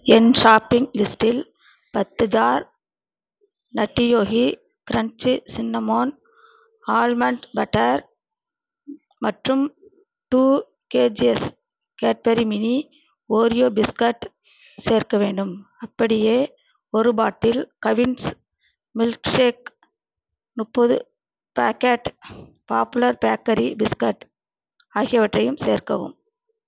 என் shopping லிஸ்டில் பத்து jar nutty yogi crunchy cinnamon almond butter மற்றும் two KGs Cadbury mini Oreo biscuit சேர்க்க வேண்டும் அப்படியே ஒரு பாட்டில் கவின்ஸ் மில்க் ஷேக் முப்பது பேக்கெட் பாப்புலர் பேக்கரி பிஸ்கட் ஆகியவற்றையும் சேர்க்கவும்